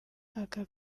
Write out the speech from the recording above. aka